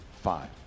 five